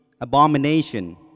abomination